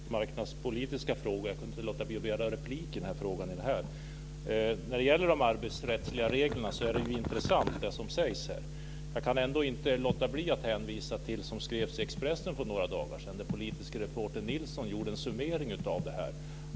Fru talman! Här berördes arbetsmarknadspolitiska frågor, och jag kunde inte låta bli att begära replik på detta. Det som här sägs om de arbetsmarknadspolitiska reglerna är intressant. Jag kan ändå inte låta bli att hänvisa till det som skrevs i Expressen för några dagar sedan. Den politiske reportern Nilsson gjorde en summering.